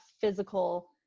physical